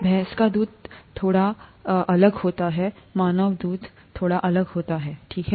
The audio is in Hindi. भैंस का दूध थोड़ा होता है अलग और मानव दूध थोड़ा अलग है ठीक है